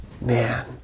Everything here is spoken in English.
man